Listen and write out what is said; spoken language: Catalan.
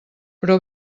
però